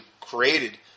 created